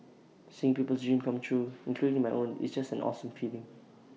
seeing people's dreams come true including my own it's just an awesome feeling